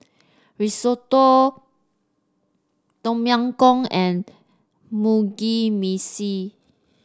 Risotto Tom Yam Goong and Mugi Meshi